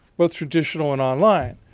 both traditional and online.